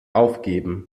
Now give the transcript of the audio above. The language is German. aufgeben